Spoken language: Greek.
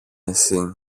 εσύ